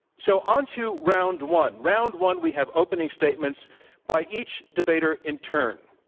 so on to round one. round one, we have opening statements by each debater in turn.